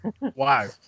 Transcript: wow